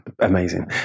Amazing